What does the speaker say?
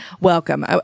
welcome